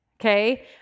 Okay